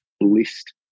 list